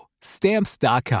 Stamps.com